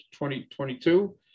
2022